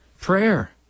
prayer